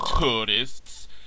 tourists